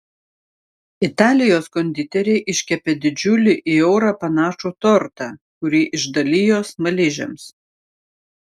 italijos konditeriai iškepė didžiulį į eurą panašų tortą kurį išdalijo smaližiams